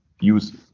use